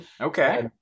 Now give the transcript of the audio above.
Okay